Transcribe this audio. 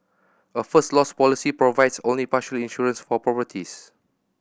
a First Loss policy provides only partial insurance for properties